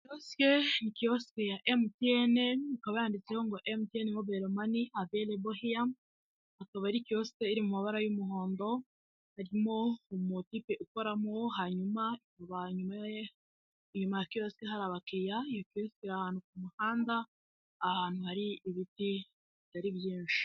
Kiyosike ni kiyosike ya MTN, ikaba yanditseho ngo MTN mobayiro mani avelebo hiya, akaba ari kiyosike iri mu mabara y'umuhondo, harimo umutipe ukoramo, hanyuma inyuma ya kiyosike, hari abakiriya bahagaze ahantu ku muhanda ahantu hari ibiti bitari byinshi.